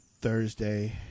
Thursday